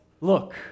look